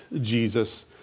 Jesus